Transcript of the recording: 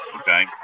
Okay